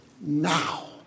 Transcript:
now